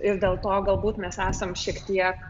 ir dėl to galbūt mes esam šiek tiek